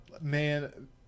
Man